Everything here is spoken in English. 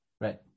Right